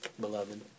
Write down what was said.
beloved